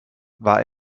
war